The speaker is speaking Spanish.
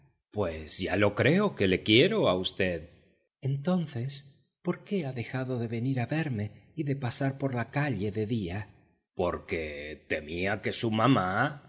pues ya lo creo que la quiero a v entonces por qué ha dejado de venir a verme y de pasar por la calle de día porque temía que su mamá